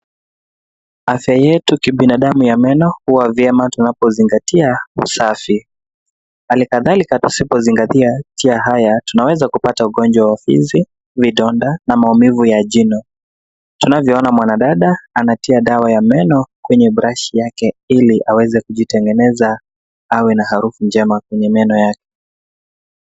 Afya yetu ya kibinadamu ya meno huwa vyema tunavyozingatia usafi. Hali katalika tusipozingatia haya tunaweza kupata ugonjwa wa fizi, vitonda na maumivu ya jino, tunavyoona mwana dada anatia dawa ya meno kwenye brashi yake ili aweze kujitengeneza awe na harufu njema kwenye meno yake.